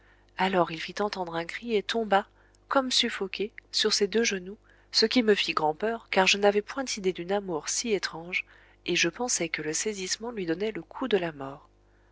alors il fit entendre un cri et tomba comme suffoqué sur ses deux genoux ce qui me fit grand'peur car je n'avais point idée d'une amour si étrange et je pensais que le saisissement lui donnait le coup de la mort